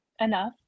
enough